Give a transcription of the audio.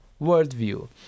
worldview